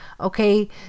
Okay